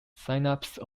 synapse